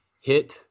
hit